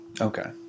Okay